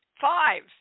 Five